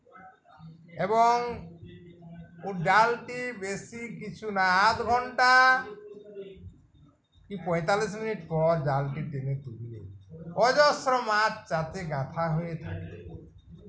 এবং ওর জালটি বেশি কিছু না আধ ঘন্টা কি পঁয়তাল্লিশ মিনিট পর জালটি টেনে তুললে অজস্র মাছ তাতে গাঁথা হয়ে থাকে